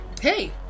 Hey